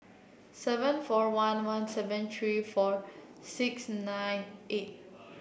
seven four one one seven three four six nine eight